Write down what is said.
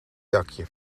dakje